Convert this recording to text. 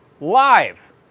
live